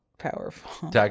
powerful